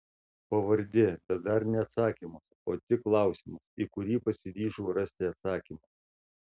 pavardė bet dar ne atsakymas o tik klausimas į kurį pasiryžau rasti atsakymą